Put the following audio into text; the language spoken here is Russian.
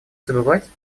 забывать